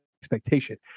expectation